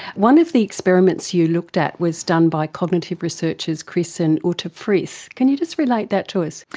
one of the experiments you looked at was done by cognitive researchers chris and uta frith. can you just relate that to us?